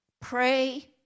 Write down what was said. Pray